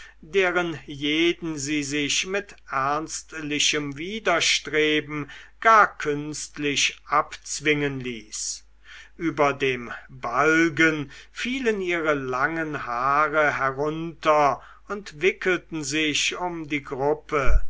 deren jeden sie sich mit ernstlichem widerstreben gar künstlich abzwingen ließ über dem balgen fielen ihre langen haare herunter und wickelten sich um die gruppe